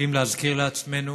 צריכים להזכיר לעצמנו